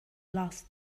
last